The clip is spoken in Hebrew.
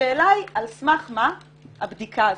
השאלה היא על סמך מה הבדיקה הזאת?